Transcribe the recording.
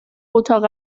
اتاق